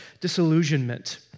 disillusionment